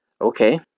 okay